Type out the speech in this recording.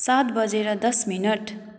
सात बजेर दस मिनट